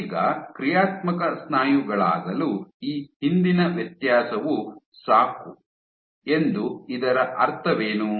ಈಗ ಕ್ರಿಯಾತ್ಮಕ ಸ್ನಾಯುಗಳಾಗಲು ಈ ಹಿಂದಿನ ವ್ಯತ್ಯಾಸವು ಸಾಕು ಎಂದು ಇದರ ಅರ್ಥವೇನು